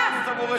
בוודאי.